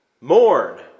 mourn